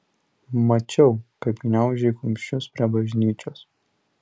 mačiau kaip gniaužei kumščius prie bažnyčios